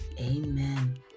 Amen